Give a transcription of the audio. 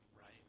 Right